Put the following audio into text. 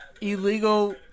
illegal